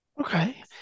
Okay